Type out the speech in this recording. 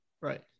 Right